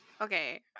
okay